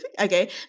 okay